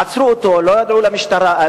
עצרו אותו, לא הודיעו למשפחה.